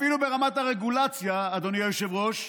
אפילו ברמת הרגולציה, אדוני היושב-ראש,